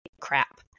crap